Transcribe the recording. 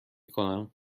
کنم